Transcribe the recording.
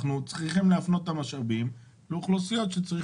אנחנו צריכים להפנות את המשאבים לאוכלוסיות שצריכות.